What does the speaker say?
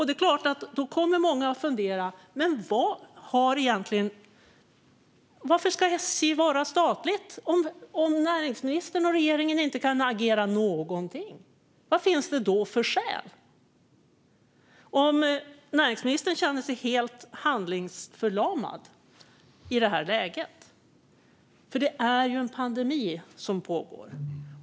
Det är klart att många då kommer att fundera på följande: Varför ska SJ vara statligt om näringsministern och regeringen inte kan agera alls? Vad finns det då för skäl om näringsministern känner sig helt handlingsförlamad i detta läge? Det är en pandemi som pågår.